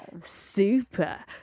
super